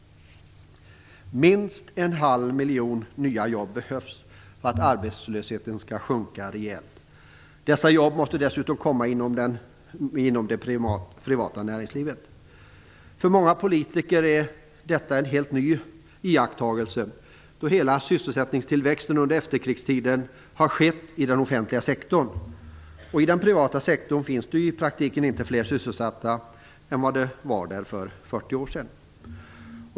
Minst en halv miljon nya jobb behövs för att arbetslösheten skall sjunka rejält. Dessa jobb måste dessutom komma inom det privata näringslivet. För många politiker är detta en ny iakttagelse, då hela sysselsättningstillväxten under efterkrigstiden har skett i den offentliga sektorn. I den privata sektorn finns det i praktiken inte fler sysselsatta än för 40 år sedan.